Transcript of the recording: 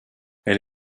elle